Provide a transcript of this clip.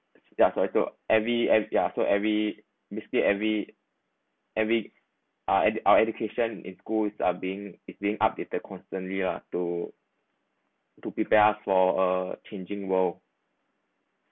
ya I thought every yeah so every basically every every uh at our education it goes are being being updated constantly lah to to prepare for a changing world